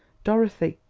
dorothy!